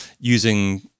using